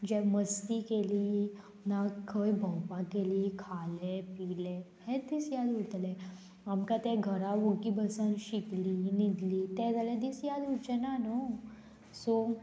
जे मस्ती केली ना खंय भोंवपाक गेली खाले पिले हेत दीस याद उरतले आमकां तें घरा वगी बसोन शिकली न्हिदली ते जाल्यार दीस याद उरचे ना न्हू सो